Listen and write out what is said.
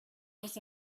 was